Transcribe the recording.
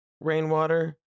rainwater